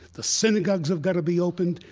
the synagogues have got to be opened.